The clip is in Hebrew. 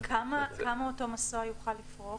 כמה אותו מסוע יוכל לפרוק?